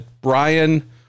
brian